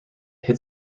hit